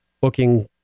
booking